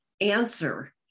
answer